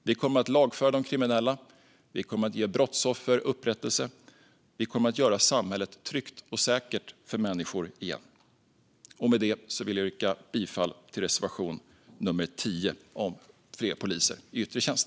Vi kommer att lagföra de kriminella, vi kommer att ge brottsoffer upprättelse och vi kommer att göra samhället tryggt och säkert för människor igen. Med det vill jag yrka bifall till reservation nummer 10 om fler poliser i yttre tjänst.